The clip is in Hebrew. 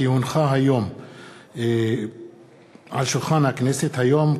כי הונחה על שולחן הכנסת היום,